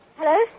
Hello